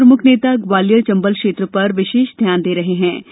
सभी प्रमुख नेता ग्वालियर चंबल क्षेत्र पर विशेष ध्यान दे रहे हैं